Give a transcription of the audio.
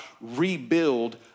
rebuild